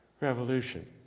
revolution